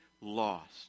lost